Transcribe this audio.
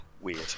Weird